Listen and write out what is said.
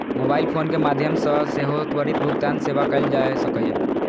mobile phone के माध्यम सं सेहो त्वरित भुगतान सेवा कैल जा सकैए